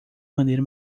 maneira